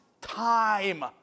time